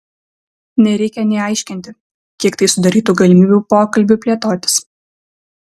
nereikia nė aiškinti kiek tai sudarytų galimybių pokalbiui plėtotis